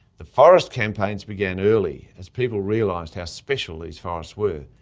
the forest campaigns began early, as people realised how special these forests were,